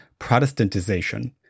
Protestantization